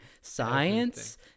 Science